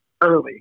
early